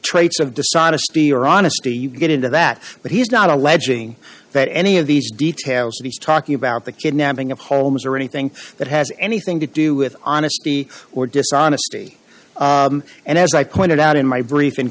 traits of dishonesty or honesty you get into that but he's not alleging that any of these details that he's talking about the kidnapping of homes or anything that has anything to do with honesty or dishonesty and as i pointed out in my brief in